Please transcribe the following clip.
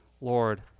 lord